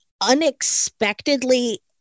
unexpectedly